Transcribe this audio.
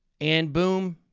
and boom!